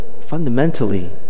fundamentally